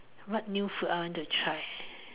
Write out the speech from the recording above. what new food I want to try